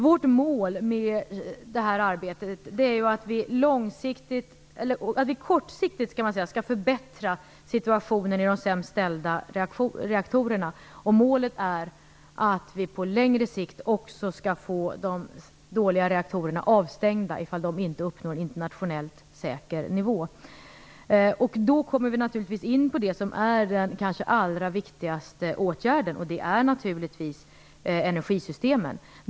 Vårt mål med det här arbetet är att vi kortsiktigt skall förbättra situationen i de sämst ställda reaktorerna. Målet är att vi på längre sikt också skall få de dåliga reaktorerna avstängda ifall de inte uppnår internationellt säker nivå. Då kommer vi in på det som är den kanske allra viktigaste åtgärden: energisystemen.